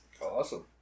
Awesome